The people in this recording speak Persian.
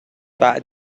بعد